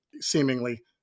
seemingly